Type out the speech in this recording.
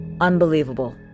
Unbelievable